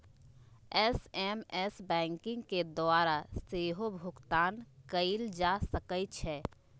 SMS banking के द्वारा सेहो भुगतान कएल जा सकै छै